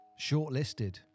shortlisted